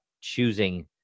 choosing